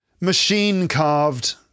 Machine-carved